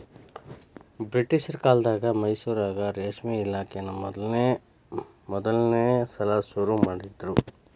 ಬ್ರಿಟಿಷರ ಕಾಲ್ದಗ ಮೈಸೂರಾಗ ರೇಷ್ಮೆ ಇಲಾಖೆನಾ ಮೊದಲ್ನೇ ಸಲಾ ಶುರು ಮಾಡಿದ್ರು